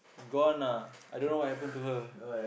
gone ah I don't know what happen to her